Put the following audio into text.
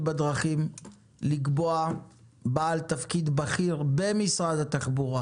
בדרכים לקבוע בעל תפקיד בכיר במשרד התחבורה